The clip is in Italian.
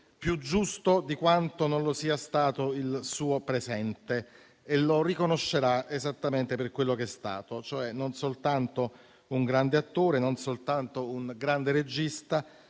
più giusto di quanto non lo sia stato il suo presente e lo riconoscerà esattamente per quello che è stato, cioè non soltanto un grande attore, non soltanto un grande regista,